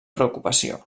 preocupació